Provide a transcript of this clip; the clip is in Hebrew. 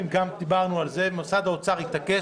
אבל משרד האוצר התעקש.